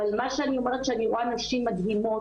אבל מה שאני אומרת שאני רואה נשים מדהימות,